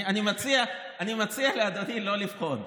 אני מציע לאדוני שלא לבחון,